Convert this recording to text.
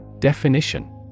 Definition